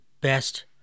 best